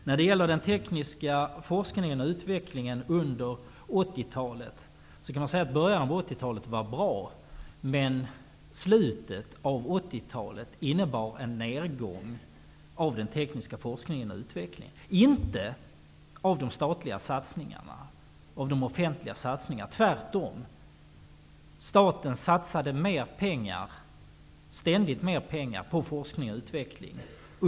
När det gäller den tekniska forskningen och utvecklingen under 80-talet var början av 80-talet en bra period. Men slutet av 80-talet innebar en nedgång inom den tekniska forskningen och utvecklingen. Detta gäller inte de offentliga satsningarna. Staten satsade under 80-talet tvärtom ständigt mer pengar på forskning och utveckling.